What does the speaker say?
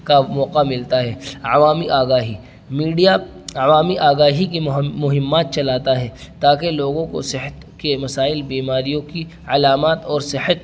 کا موقع ملتا ہے عوامی آگاہی میڈیا عوامی آگاہی کی مہمات چلاتا ہے تاکہ لوگوں کو صحت کے مسائل بیماریوں کی علامات اور صحت